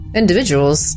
individuals